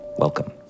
Welcome